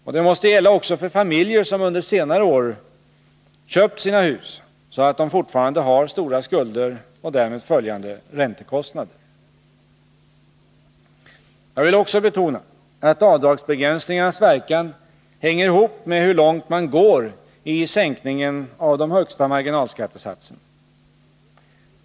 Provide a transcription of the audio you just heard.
Och det måste gälla också för familjer som under senare år köpt sina hus, så att de fortfarande har stora skulder och därmed följande räntekostnader. Jag vill också betona att avdragsbegränsningarnas verkan hänger ihop med hur långt man går i sänkningen av de högsta marginalskattesatserna.